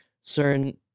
certain